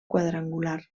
quadrangular